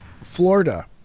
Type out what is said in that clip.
Florida